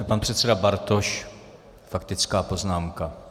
Pan předseda Bartoš, faktická poznámka.